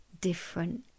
different